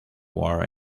war